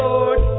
Lord